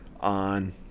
on